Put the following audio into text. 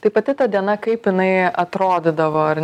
tai pati ta diena kaip jinai atrodydavo ar